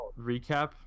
recap